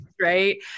right